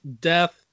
death